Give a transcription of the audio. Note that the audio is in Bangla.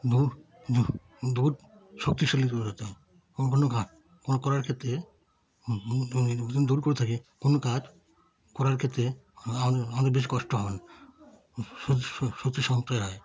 দৌড় দৌড় দৌড় শক্তিশালী দৌড় হতে হবে কোনো কাজ প্রয়োগ করার ক্ষেত্রে যদি কেউ দৌড় করে থাকে কোনো কাজ করার ক্ষেত্রে আমাদের আমাদের বেশি কষ্ট হবে না শক্তি সঞ্চয় হয়